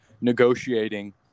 negotiating